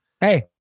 Hey